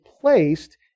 placed